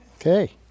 Okay